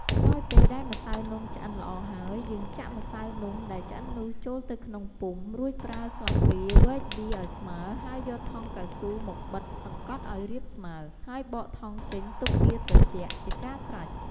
ក្រោយពេលដែលម្សៅនំឆ្អិនល្អហើយយើងចាក់ម្សៅនំដែលឆ្អិននោះចូលទៅក្នុងពុម្ពរួចប្រើស្លាបព្រាវែកវាឲ្យស្មើរហើយយកថង់កៅស៊ូមកបិទសង្កត់ឲ្យរាបស្មើរហើយបកថង់ចេញទុកវាត្រជាក់ជាការស្រេច។